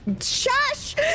Shush